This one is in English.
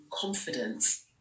confidence